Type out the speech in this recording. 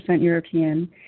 European